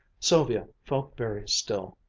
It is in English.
sylvia felt very still,